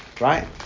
Right